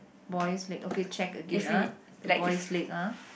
boys leg okay check again ah the boys leg ah